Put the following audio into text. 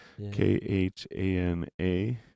k-h-a-n-a